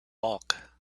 bulk